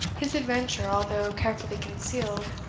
his adventure, although carefully concealed,